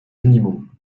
animaux